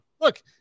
look